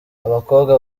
abakobwa